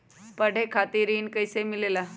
पढे खातीर ऋण कईसे मिले ला?